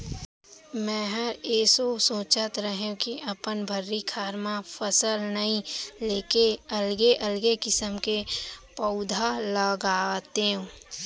मैंहर एसो सोंचत रहें के अपन भर्री खार म फसल नइ लेके अलगे अलगे किसम के पउधा लगातेंव